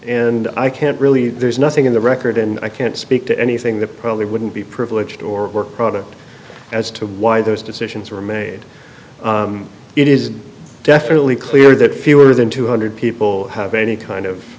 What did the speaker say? and i can't really there's nothing in the record and i can't speak to anything that probably wouldn't be privileged or work product as to why those decisions were made it is definitely clear that fewer than two hundred people have any kind of